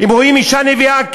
אם רואים אישה נביאה,